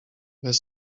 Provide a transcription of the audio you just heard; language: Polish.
bez